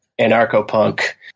anarcho-punk